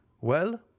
Well